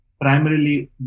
primarily